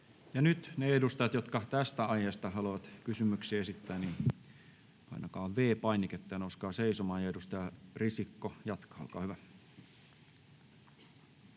Nyt te edustajat, jotka tästä aiheesta haluatte kysymyksiä esittää, painakaa V-painiketta ja nouskaa seisomaan. — Edustaja Risikko jatkaa, olkaa hyvä.